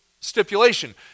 stipulation